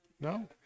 No